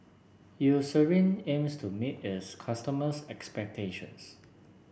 Eucerin aims to meet its customers' expectations